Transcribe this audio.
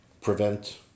prevent